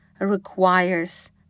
requires